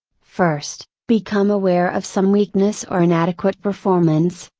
first, become aware of some weakness or inadequate performance,